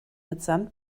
mitsamt